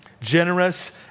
Generous